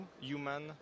human